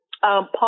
Paul